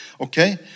Okay